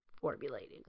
formulating